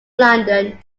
london